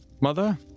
mother